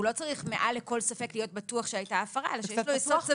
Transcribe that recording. הוא לא צריך מעל לכל ספק להיות בטוח שהייתה הפרה אלא יש לו יסוד סביר.